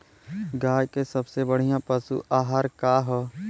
गाय के सबसे बढ़िया पशु आहार का ह?